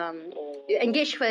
oh